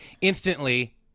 instantly